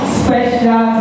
special